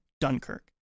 Dunkirk